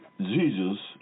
Jesus